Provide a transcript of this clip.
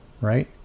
right